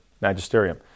magisterium